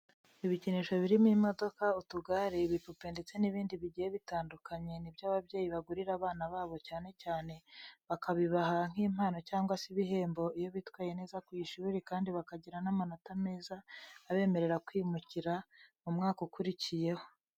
Ibikinisho birimo imodoka, utugare, ibipupe ndetse n'ibindi bigiye bitandukanye, ni byo ababyeyi bagurira abana babo cyane cyane bakabibaha nk'impano cyangwa se ibihembo iyo bitwaye neza ku ishuri kandi bakagira n'amanota meza abemerera kwimukira mu mwaka ukurikiyeho.